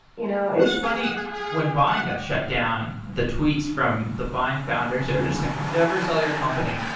you know it was funny when vine got shut down, the tweets from the vine founders, they were just like, never sell your company.